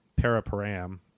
Paraparam